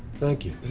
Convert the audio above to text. thank you.